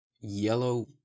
Yellow